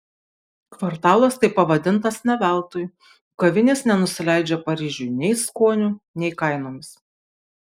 kvartalas taip pavadintas ne veltui kavinės nenusileidžia paryžiui nei skoniu nei kainomis